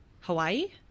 Hawaii